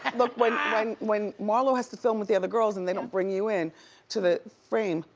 and look, when um when marlo has to film with the other girls and they don't bring you in to the frame,